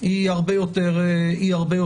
היא הרבה יותר נמוכה.